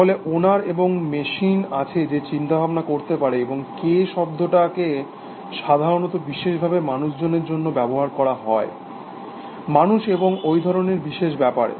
তাহলে ওনার এমন মেশিন আছে যে চিন্তাভাবনা করতে পারে এবং "কে" শব্দটাকে সাধারণত বিশেষভাবে মানুষজনের জন্য ব্যবহার করা হয় মানুষ এবং ওই ধরণের বিষয়ের ব্যাপারে